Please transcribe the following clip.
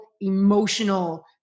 emotional